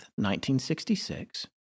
1966